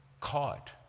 caught